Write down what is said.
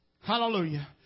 Hallelujah